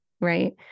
Right